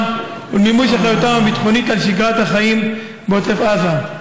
ולמימוש אחריותם הביטחונית על שגרת החיים בעוטף עזה.